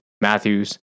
Matthews